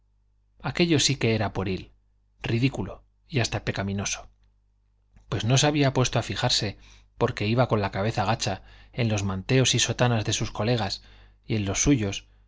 aquello sí que era pueril ridículo y hasta pecaminoso pues no se había puesto a fijarse porque iba con la cabeza gacha en los manteos y sotanas de sus colegas y en los suyos